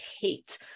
hate